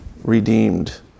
redeemed